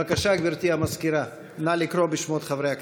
בבקשה, גברתי המזכירה, נא לקרוא בשמות חברי הכנסת.